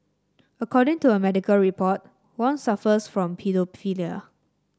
according to a medical report Wong suffers from paedophilia